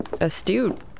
Astute